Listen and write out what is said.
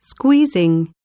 squeezing 、